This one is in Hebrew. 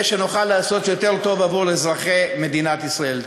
שנוכל לעשות יותר טוב עבור אזרחי מדינת ישראל.